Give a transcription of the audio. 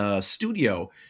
studio